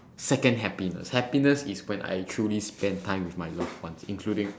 second happiness happiness is when I truly spend time with my loved ones including